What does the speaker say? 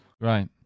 Right